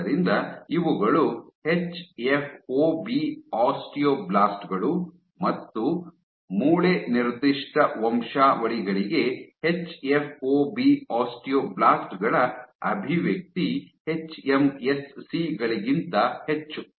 ಆದ್ದರಿಂದ ಇವುಗಳು HFOB osteoblast ಗಳು ಮತ್ತು ಮತ್ತೆ ಮೂಳೆ ನಿರ್ದಿಷ್ಟ ವಂಶಾವಳಿಗಳಿಗೆ ಎಚ್ಎಫ್ಒಬಿ ಆಸ್ಟಿಯೋಬ್ಲಾಸ್ಟ್ ಗಳ ಅಭಿವ್ಯಕ್ತಿ ಎಚ್ಎಂಎಸ್ಸಿ ಗಳಿಗಿಂತ ಹೆಚ್ಚು